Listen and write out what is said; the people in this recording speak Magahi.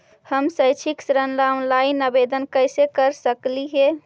हम शैक्षिक ऋण ला ऑनलाइन आवेदन कैसे कर सकली हे?